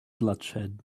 bloodshed